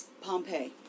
Pompeii